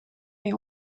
est